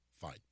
Fine